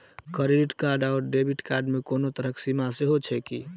Credit card आओर debit card मे कोनो तरहक सीमा सेहो छैक की?